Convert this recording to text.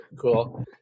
cool